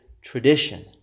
tradition